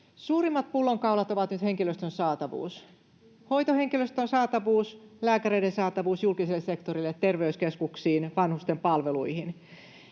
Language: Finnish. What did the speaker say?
Suurimmat pullonkaulat ovat nyt henkilöstön saatavuus: hoitohenkilöstön saatavuus, lääkäreiden saatavuus julkiselle sektorille, terveyskeskuksiin, vanhusten palveluihin.